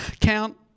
Count